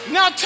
Now